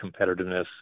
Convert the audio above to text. competitiveness